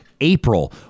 April